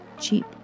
cheap